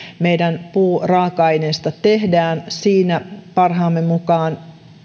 meidän puuraaka aineista tehdään meidän pitäisi parhaamme mukaan